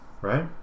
right